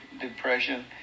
depression